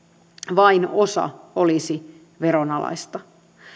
vain osa olisi veronalaista